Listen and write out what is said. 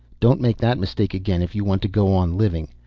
don't make that mistake again if you want to go on living.